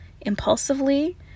impulsively